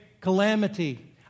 calamity